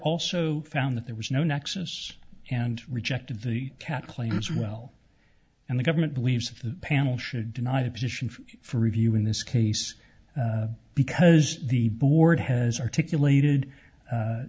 also found that there was no nexus and rejected the cat claims well and the government believes the panel should deny a petition for review in this case because the board has articulated